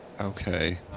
Okay